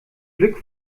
glück